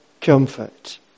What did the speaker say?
comfort